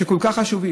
שכל כך חשובים,